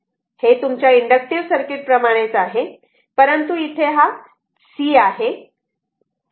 हे तुमच्या inductive circuit प्रमाणेच आहे परंतु इथे हा C आहे